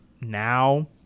now